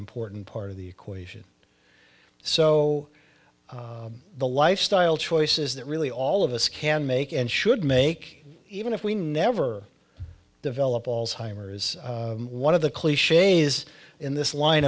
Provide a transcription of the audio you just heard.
important part of the equation so the lifestyle choices that really all of us can make and should make even if we never develop alzheimer's one of the clichs in this line